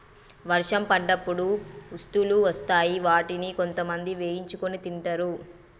వర్షం పడ్డప్పుడు ఉసుల్లు వస్తాయ్ వాటిని కొంతమంది వేయించుకొని తింటరు